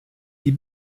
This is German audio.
die